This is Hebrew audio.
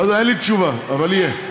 אין לי תשובה, אבל יהיה.